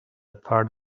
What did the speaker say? part